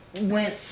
went